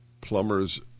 plumbers